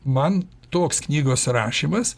man toks knygos rašymas